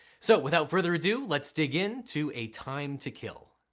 so without further ado, let's dig in to a time to kill.